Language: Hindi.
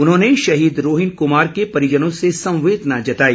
उन्होंने शहीद रोहिन कुमार के परिजनों से संवेदना जताई